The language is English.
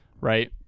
right